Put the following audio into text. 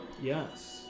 Yes